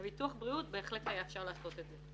בביטוח בריאות בהחלט היה אפשר לעשות את זה.